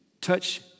touch